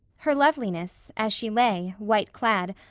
her loveliness, as she lay, white-clad,